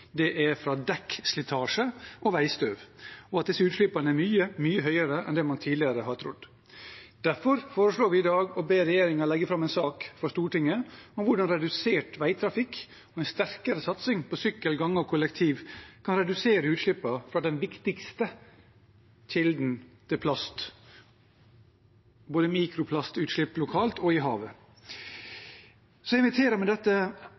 er fra dekkslitasje og veistøv, og at disse utslippene er mye større enn man tidligere har trodd. Derfor foreslår vi i dag, sammen med SV, å be regjeringen legge fram en sak for Stortinget om hvordan redusert veitrafikk, med sterkere satsing på sykkel, gange og kollektivtrafikk, kan redusere utslippene fra den viktigste kilden til plastutslipp – både mikroplastutslipp lokalt og i havet. Jeg inviterer med dette